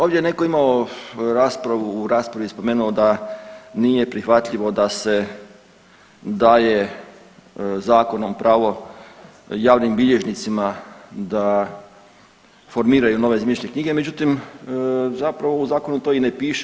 Ovdje je neko imao raspravu u raspravi spomenuo da nije prihvatljivo da se daje zakonom pravo javnim bilježnicima da formiraju nove zemljišne knjige, međutim zapravo to u zakonu i ne piše.